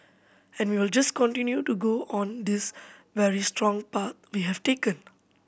and we'll just continue to go on this very strong path we have taken